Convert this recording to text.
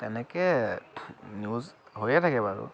তেনেকে নিউজ হৈয়ে থাকে বাৰু